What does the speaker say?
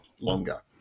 longer